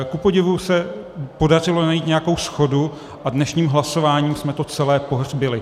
Kupodivu se podařilo najít nějakou shodu, a dnešním hlasováním jsme to celé pohřbili.